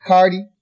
Cardi